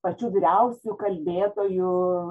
pačių vyriausių kalbėtojų